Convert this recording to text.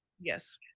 Yes